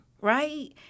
right